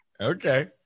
Okay